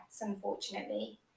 unfortunately